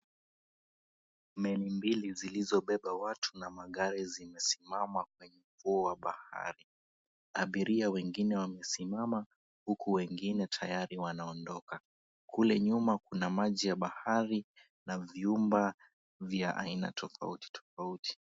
Meli mbili zilizobeba watu na magari zimesimama kwenye ufuo wa bahari. Abiria wengine wamesimama huku wengine tayari wanaondoka. Kule nyuma kuna maji ya bahari na nyumba vya aina tofauti tofauti.